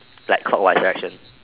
like clockwise direction